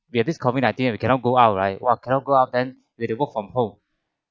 we have this COVID-nineteen we cannot go out right !wah! cannot go out then we have to work from home